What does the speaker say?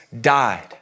died